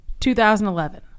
2011